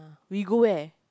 we go where